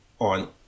on